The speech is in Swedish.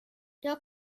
jag